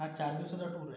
हा चार दिवसाचा टूर आहे